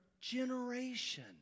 generation